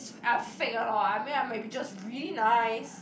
ah fake one lor I mean I may be just really nice